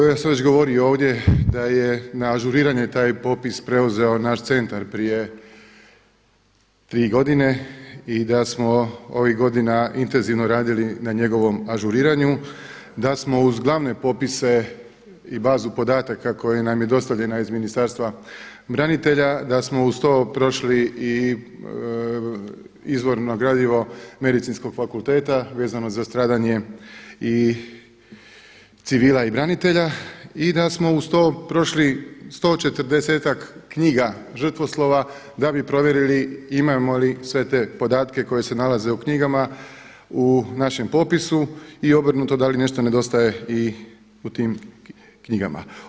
Ja sam već govorio ovdje da je na ažuriranje taj popis preuzeo naš centar prije 3 godine i da smo ovih godina intenzivno radili na njegovom ažuriranju, da smo kroz glavne popise i bazu podataka koja nam je dostavljena iz Ministarstva branitelja da smo uz to prošli i izvorno gradivo Medicinskog fakulteta vezano za stradanje i civila i branitelja i da smo uz to prošli 140-ak knjiga žrtvoslova da bi provjerili imamo li sve te podatke koje se nalaze u knjigama u našem popisu i obrnuto da li nešto nedostaje i u tim knjigama.